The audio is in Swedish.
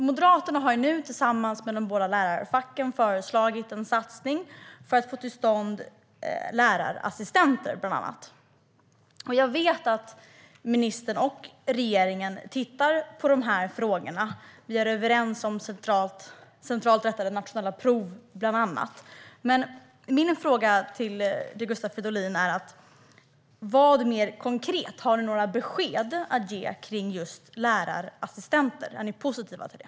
Moderaterna har nu, tillsammans med de båda lärarfacken, föreslagit en satsning för att få till stånd bland annat lärarassistenter. Jag vet att ministern och regeringen tittar på de frågorna. Vi är överens om centralt rättade nationella prov bland annat. Min fråga till Gustav Fridolin är: Har du några konkreta besked att ge när det gäller lärarassistenter? Är ni positiva till det?